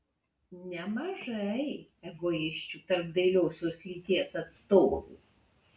nemažai egoisčių tarp dailiosios lyties atstovių